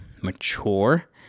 mature